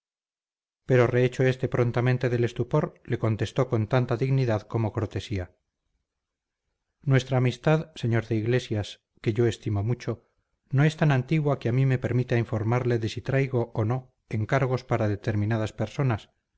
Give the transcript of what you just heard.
pero rehecho este prontamente del estupor le contestó con tanta dignidad como cortesía nuestra amistad señor de iglesias que yo estimo mucho no es tan antigua que a mí me permita informarle de si traigo o no encargos para determinadas personas